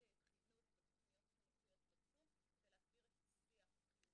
חינוך ותוכניות חינוכיות בתחום כדי להגביר את השיח החיובי,